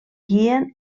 guien